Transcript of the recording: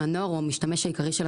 שהנוער הוא המשתמש העיקרי.